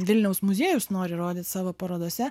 vilniaus muziejus nori rodyt savo parodose